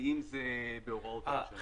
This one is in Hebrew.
ואם זה בהוראות --- אה,